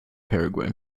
paraguay